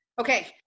Okay